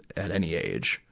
at any age.